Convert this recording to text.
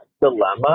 dilemma